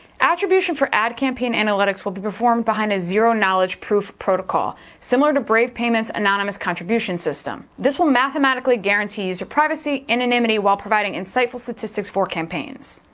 attribution for ad campaign analytics will be performed behind a zero knowledge proof protocol. similar to brave payments anonymous contribution system. this will mathematically guarantee user privacy, anonymity, while providing insightful statistics for campaigns.